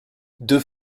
deux